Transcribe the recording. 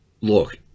look